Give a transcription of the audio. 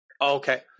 Okay